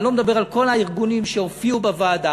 אני לא מדבר על כל הארגונים שהופיעו בוועדה,